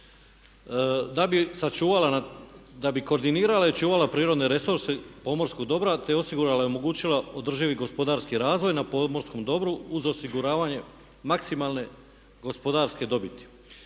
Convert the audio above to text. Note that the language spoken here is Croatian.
koordinirala i čuvala prirodne resurse pomorskog dobra te osigurala i omogućila održivi gospodarski razvoj na pomorskom dobru uz osiguravanje maksimalne gospodarske dobiti.